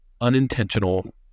unintentional